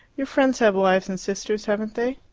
your friends have wives and sisters, haven't they?